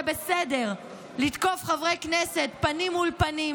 בסדר לתקוף חברי כנסת פנים מול פנים,